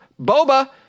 Boba